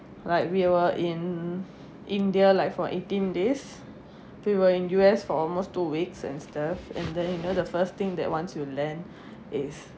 like we were in india like for eighteen days we were in U_S for almost two weeks and stuff and then you know the first thing that once you land is